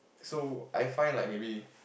so I find like maybe